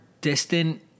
distant